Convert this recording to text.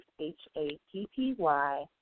h-a-p-p-y